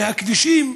מהכבישים.